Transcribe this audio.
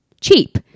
cheap